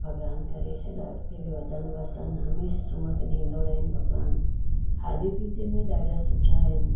भॻवानु करे शल की बि वधनि वसनि हमेशह सुमत ॾींदो रहनि भॻवान खाधे पीते में ॾाढा सुठा आहिनि